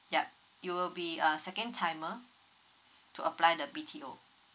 yup you will be a second timer to apply the B_T_O